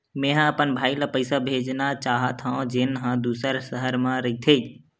मेंहा अपन भाई ला पइसा भेजना चाहत हव, जेन हा दूसर शहर मा रहिथे